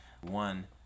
One